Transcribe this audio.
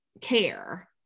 care